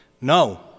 No